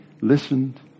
listened